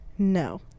No